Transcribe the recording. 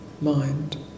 mind